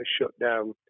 shutdown